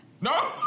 No